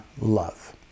love